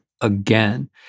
again